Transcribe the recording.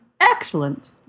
Excellent